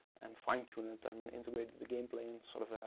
and fine tune it and integrated the game play in sort of a,